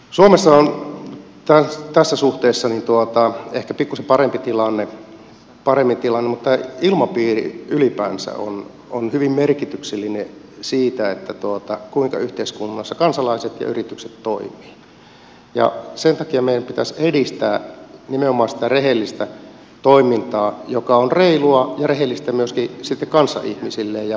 suomessahan on tässä suhteessa ehkä pikkuisen paremmin tilanne mutta ilmapiiri ylipäänsä on hyvin merkityksellinen siinä kuinka yhteiskunnassa kansalaiset ja yritykset toimivat ja sen takia meidän pitäisi edistää nimenomaan rehellistä toimintaa joka on reilua ja rehellistä myöskin kanssaihmisille ja kanssayrityksille